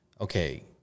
okay